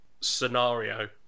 scenario